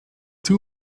two